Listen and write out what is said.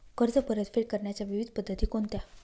कर्ज परतफेड करण्याच्या विविध पद्धती कोणत्या?